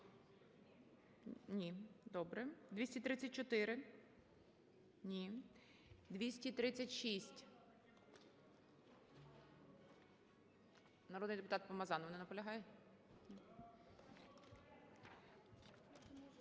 Ні. Добре. 234. Ні. 236. Народний депутат Помазанов не наполягає?